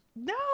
No